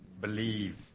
believe